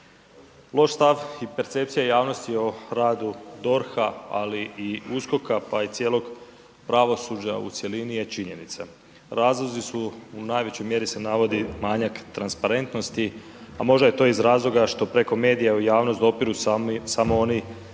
Loš stav i percepcija javnosti o radu DORH-a ali i USKOK-a pa i cijelog pravosuđa u cjelini je činjenica. Razlozi su, u najvećoj mjeri se navodi manjak transparentnosti a možda je to iz razloga što preko medija u javnost dopiru samo oni